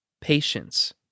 patience